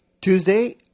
Tuesday